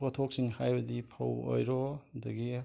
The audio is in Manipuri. ꯄꯣꯠꯊꯣꯛꯁꯤꯡ ꯍꯥꯏꯕꯗꯤ ꯐꯧ ꯑꯣꯏꯔꯣ ꯑꯗꯒꯤ